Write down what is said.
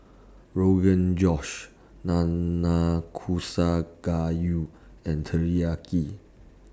Rogan Josh Nanakusa Gayu and Teriyaki